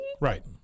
Right